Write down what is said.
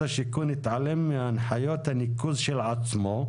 השיכון התעלם מהנחיות הניקוז של עצמו,